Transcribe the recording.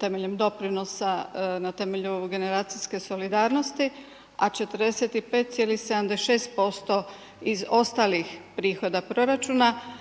temeljem doprinosa na temelju generacijske solidarnosti, a 45,76 posto iz ostalih prihoda proračuna,